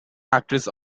actress